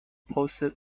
posted